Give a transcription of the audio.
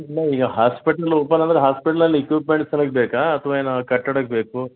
ಇಲ್ಲ ಈಗ hospital open ಅಂದ್ರೆ ಹಾಸ್ಪೆಟ್ಲಲ್ಲಿ ಎಕ್ವಿಪ್ಮೆಂಟ್ಸ್ ಸಲ್ವಾಗ್ ಬೇಕಾ ಅಥವಾ ಏನು ಕಟ್ಟಡಕ್ಕೆ ಬೇಕಾ